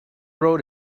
road